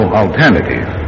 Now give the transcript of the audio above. alternative